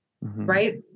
Right